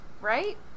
right